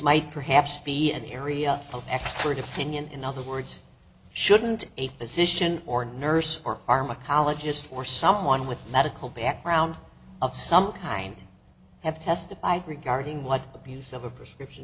might perhaps be an area of expert opinion in other words shouldn't a physician or nurse or pharmacologist or someone with a medical background of some kind have testify regarding what abuse of a prescription